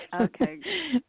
Okay